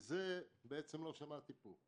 זה לא שמעתי פה.